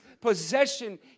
possession